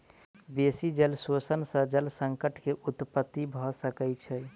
बेसी जल शोषण सॅ जल संकट के उत्पत्ति भ सकै छै